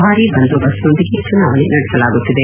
ಭಾರೀ ಬಂದೋಬಸ್ತ್ನೊಂದಿಗೆ ಚುನಾವಣೆ ನಡೆಸಲಾಗುತ್ತಿದೆ